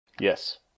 Yes